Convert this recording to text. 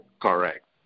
Correct